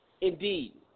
Indeed